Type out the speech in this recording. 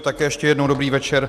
Také ještě jednou dobrý večer.